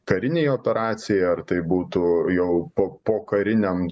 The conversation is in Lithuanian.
karinė operacija ar tai būtų jau po pokariniam